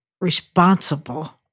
responsible